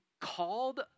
called